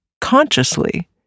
consciously